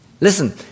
Listen